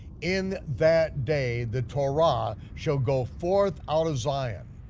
in that day, the torah shall go forth out of zion,